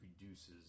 reduces